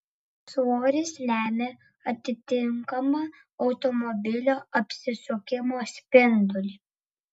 svoris lemia atitinkamą automobilio apsisukimo spindulį